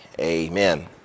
amen